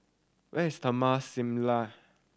where is Taman Similar